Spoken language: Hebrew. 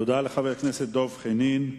תודה לחבר הכנסת דב חנין.